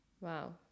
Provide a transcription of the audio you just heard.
Wow